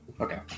okay